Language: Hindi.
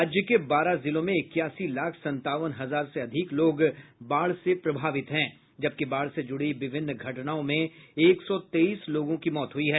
राज्य के बारह जिलों में इक्यासी लाख संतावन हजार से अधिक लोग बाढ़ से प्रभावित हैं जबकि बाढ़ से जुड़ी विभिन्न घटनाओं में एक सौ तेईस लोगों की मौत हुई है